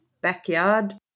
backyard